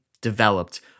developed